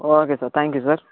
okay sir thank you sir